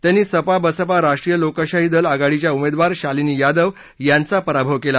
त्यांनी सपा बसपा राष्ट्रीय लोकशाही दल आघाडीच्या उमेदवार शालिनी यादव यांचा पराभव केला